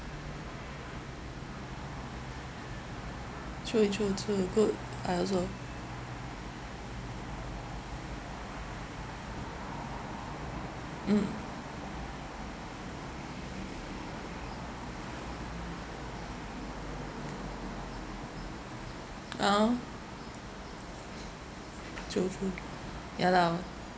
true true true good I also mm ah true true ya lah